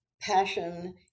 passion